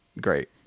great